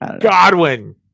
Godwin